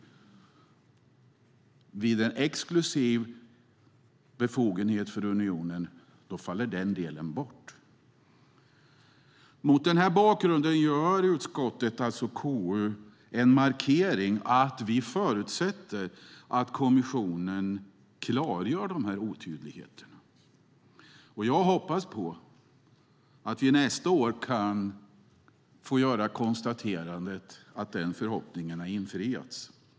Blir det en exklusiv befogenhet för unionen faller den delen bort. Mot denna bakgrund gör KU en markering om att vi förutsätter att kommissionen klargör dessa otydligheter. Jag hoppas på att vi nästa år kan få göra konstaterandet att den förhoppningen har infriats.